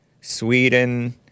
Sweden